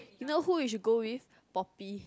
you know who you should go with Poppy